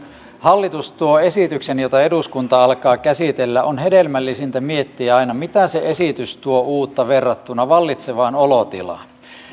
hallitus tuo esityksen jota eduskunta alkaa käsitellä on hedelmällisintä miettiä aina mitä uutta se esitys tuo verrattuna vallitsevaan olotilaan